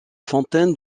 fontaine